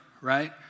right